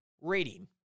rating